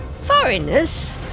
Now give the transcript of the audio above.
Foreigners